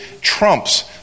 Trump's